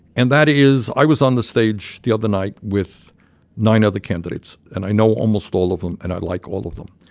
and that is i was on the stage the other night with nine other candidates. and i know almost all of them. and i like all of them.